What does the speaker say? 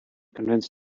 convince